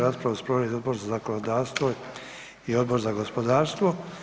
Raspravu su proveli Odbor za zakonodavstvo i Odbor za gospodarstvo.